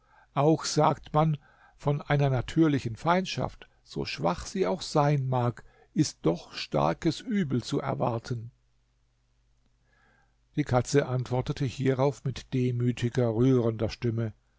auch sagt man von einer natürlichen feindschaft so schwach sie auch sein mag ist doch starkes übel zu erwarten die katze antwortete hierauf mit demütiger rührender stimme